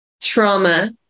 trauma